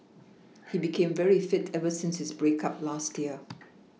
he became very fit ever since his break up last year